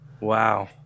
Wow